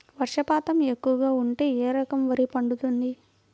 వర్షపాతం ఎక్కువగా ఉంటే ఏ రకం వరి పండుతుంది?